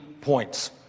points